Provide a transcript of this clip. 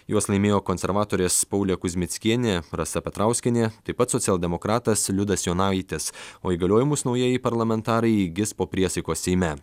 juos laimėjo konservatorės paulė kuzmickienė rasa petrauskienė taip pat socialdemokratas liudas jonaitis o įgaliojimus naujieji parlamentarai įgis po priesaikos seime